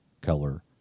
color